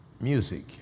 music